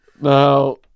Now